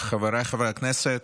חבריי חבר הכנסת,